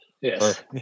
Yes